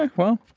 like well,